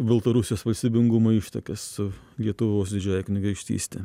baltarusijos valstybingumo ištakas su lietuvos didžiąja kunigaikštyste